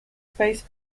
space